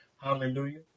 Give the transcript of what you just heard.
hallelujah